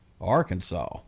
Arkansas